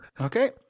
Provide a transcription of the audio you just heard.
Okay